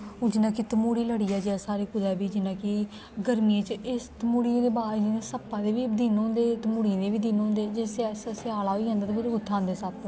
जियां कि हून तमोडी लड़ी जा सानू कुते बी कि गर्मिये च इस तमोडिये दे सप्पे दे बी दिन होंदे तम्हूड़ियें दे बी दिन होंदे जिसले स्याला होई जंदा ते फिर कुत्थे आंदे सप्प